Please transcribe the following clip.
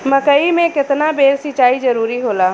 मकई मे केतना बेर सीचाई जरूरी होला?